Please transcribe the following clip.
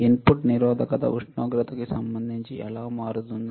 input నిరోధకత ఉష్ణోగ్రతకి సంబంధించి ఎలా మారుతుంది